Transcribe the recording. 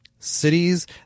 cities